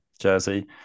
jersey